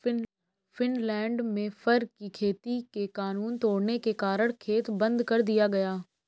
Finland में फर की खेती के कानून तोड़ने के कारण खेत बंद कर दिया गया